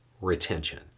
retention